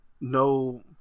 no